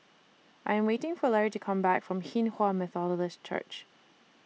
I'm waiting For Lary to Come Back from Hinghwa Methodist Church